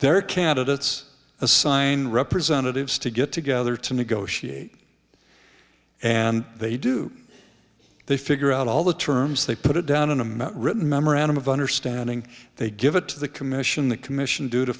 their candidates assign representatives to get together to negotiate and they do they figure out all the terms they put it down in a minute written memorandum of understanding they give it to the commission the commission due to